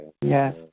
Yes